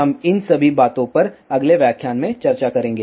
हम इन सभी बातों पर अगले व्याख्यान में चर्चा करेंगे